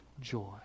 joy